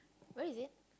where is it